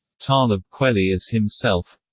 talib kweli as himself